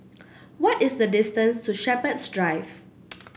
what is the distance to Shepherds Drive